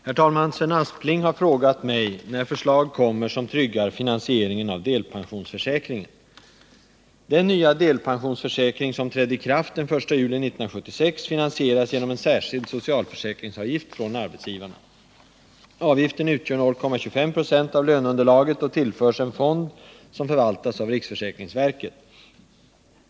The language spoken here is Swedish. Herr talman! Sven Aspling har frågat mig när förslag kommer som tryggar finansieringen av delpensionsförsäkringen. Den nya delpensionsförsäkring som trädde i kraft den 1 juli 1976 finansieras genom en särskild socialförsäkringsavgift från arbetsgivarna. Avgiften utgör 0,25 96 av löneunderlaget och tillförs en fond som förvaltas av riksförsäkringsverket.